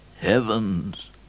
Heavens